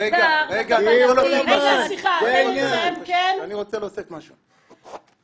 אני רוצה להוסיף משהו.